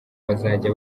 bazajya